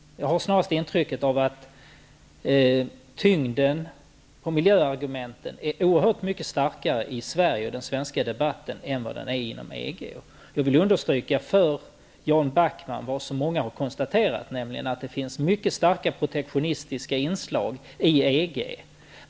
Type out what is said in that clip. Jag har snarast intrycket att tyngden i miljöargumenten är oerhört mycket större i Sverige och i den svenska debatten än inom Jag vill understryka för Jan Backman vad många har konstaterat, nämligen att det finns mycket starka protektionistiska inslag i EG.